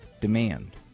demand